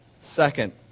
Second